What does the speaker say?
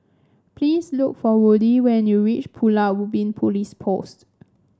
please look for Woodie when you reach Pulau Ubin Police Post